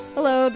Hello